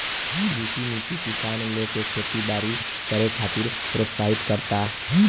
कृषि नीति किसान लोग के खेती बारी करे खातिर प्रोत्साहित करता